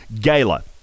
Gala